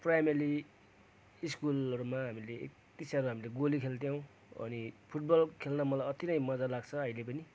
primary स्कुलहरूमा हामीले यति साह्रो हामीले गोली खेल्थ्यौँ अनि फुटबल खेल्न मलाई अति नै मज्जा लाग्छ अहिले पनि